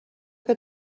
que